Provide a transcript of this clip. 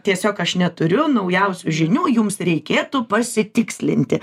tiesiog aš neturiu naujausių žinių jums reikėtų pasitikslinti